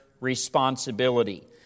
responsibility